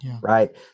right